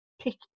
pick